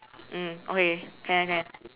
mm okay can can can